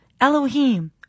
Elohim